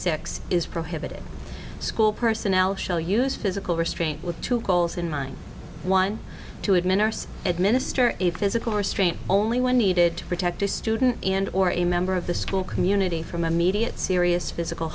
six is prohibited school personnel shall use physical restraint with two goals in mind one to administer administer a physical restraint only when needed to protect a student or a member of the school community from immediate serious physical